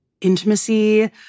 intimacy